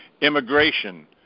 immigration